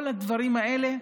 כל הדברים האלה,